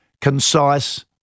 concise